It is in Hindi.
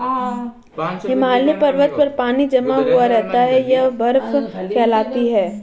हिमालय पर्वत पर पानी जमा हुआ रहता है यह बर्फ कहलाती है